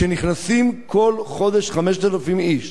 כשנכנסים כל חודש 5,000 איש,